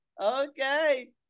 Okay